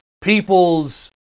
people's